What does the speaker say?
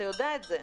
אתה יודע את זה.